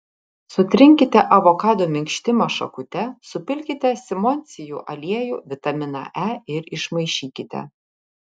sutrinkite avokado minkštimą šakute supilkite simondsijų aliejų vitaminą e ir išmaišykite